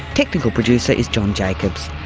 technical producer is john jacobs.